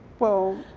well,